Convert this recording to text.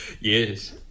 Yes